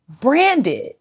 branded